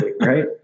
right